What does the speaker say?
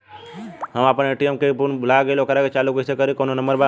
हम अपना ए.टी.एम के पिन भूला गईली ओकरा के चालू कइसे करी कौनो नंबर बा?